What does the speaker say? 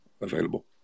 available